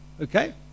Okay